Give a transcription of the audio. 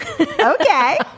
Okay